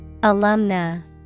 Alumna